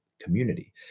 community